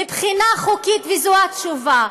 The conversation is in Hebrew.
מבחינה חוקית, וזו התשובה,